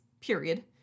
period